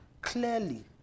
clearly